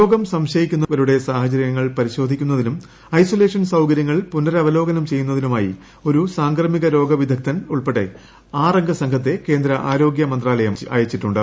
രോഗം സംശയിക്കുന്നവരുടെ സാഹചര്യങ്ങൾ പരിശോധിക്കുന്നതിനും ഐസൊലേഷൻ സൌകര്യങ്ങൾ പുനരവുല്പ്പോകനം ചെയ്യുന്നതിനുമായി ഒരു സാംക്രമിക്രോ ്വിദഗ്ദ്ധൻ ഉൾപ്പെട്ട ആറംഗ സംഘത്തെ കേന്ദ്ര ആരുമ്ന്യമ്ത്രാലയം അയച്ചിട്ടുണ്ട്